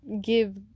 give